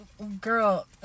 Girl